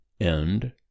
End